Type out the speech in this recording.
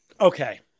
Okay